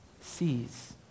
Sees